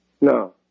No